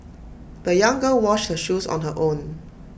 the young girl washed her shoes on her own